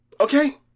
okay